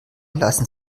lassen